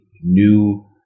new